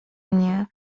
mnie